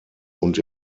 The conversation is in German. und